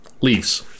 leaves